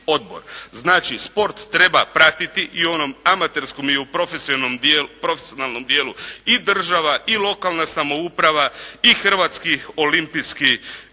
Znači sport treba pratiti i u onom amaterskom i u profesionalnom dijelu i država i lokalna samouprava i Hrvatski olimpijski